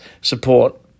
support